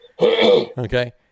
Okay